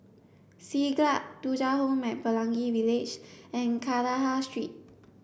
Siglap Thuja Home at Pelangi Village and Kandahar Street